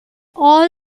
all